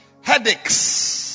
Headaches